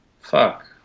fuck